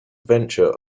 venture